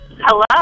Hello